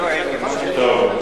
טוב.